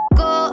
go